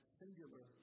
singular